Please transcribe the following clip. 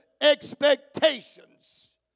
expectations